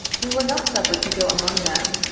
we were not suffered to go among them,